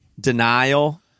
denial